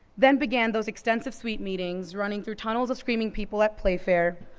then began those extensive sweet meetings, running through tunnels of screaming people at play fair,